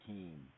Team